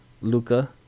Luca